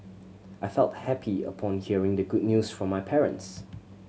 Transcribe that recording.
I felt happy upon hearing the good news from my parents